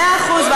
מאה אחוז,